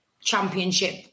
Championship